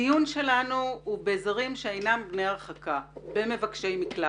הדיון שלנו הוא בזרים שאינם בני הרחקה ומבקשי מקלט.